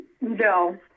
No